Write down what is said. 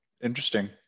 Interesting